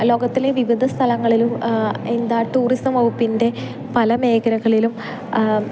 ലോകത്തിലെ വിവിധ സ്ഥലങ്ങളിലും എന്താ ടൂറിസം വകുപ്പിൻ്റെ പല മേഖലകളിലും